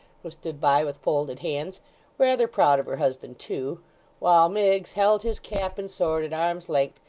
who stood by with folded hands rather proud of her husband too while miggs held his cap and sword at arm's length,